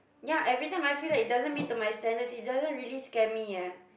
ya every time I feel like it doesn't meet to my standard it doesn't really scare me eh